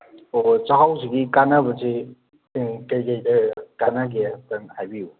ꯑꯣ ꯑꯣ ꯆꯥꯛꯍꯥꯎꯁꯤꯒꯤ ꯀꯥꯅꯕꯁꯦ ꯀꯩꯀꯩꯗ ꯀꯥꯅꯒꯦ ꯑꯝꯇꯪ ꯍꯥꯏꯕꯤꯌꯣ